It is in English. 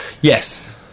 Yes